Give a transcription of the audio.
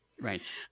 right